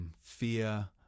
Fear